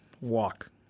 walk